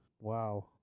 Wow